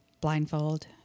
blindfold